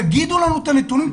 תגידו לנו את הנתונים,